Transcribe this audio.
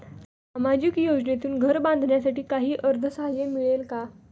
सामाजिक योजनेतून घर बांधण्यासाठी काही अर्थसहाय्य मिळेल का?